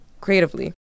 creatively